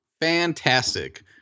Fantastic